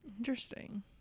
Interesting